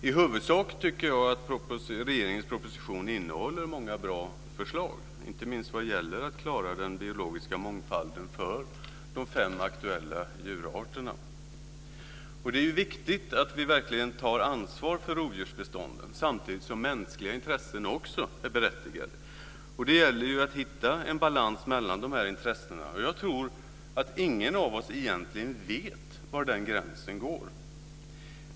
I huvudsak tycker jag att regeringens proposition innehåller många bra förslag, inte minst vad gäller att klara den biologiska mångfalden för de fem aktuella djurarterna. Det är viktigt att vi verkligen tar ansvar för rovdjursbestånden, samtidigt som också mänskliga intressen är berättigade. Det gäller att hitta en balans mellan dessa intressen. Jag tror att ingen av oss egentligen vet var den gränsen går.